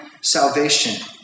salvation